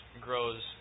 grows